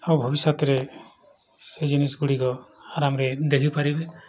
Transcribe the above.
ଆଉ ଭବିଷ୍ୟତରେ ସେ ଜିନିଷ ଗୁଡ଼ିକ ଆରାମରେ ଦେଖିପାରିବେ